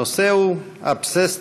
הנושא: אזבסט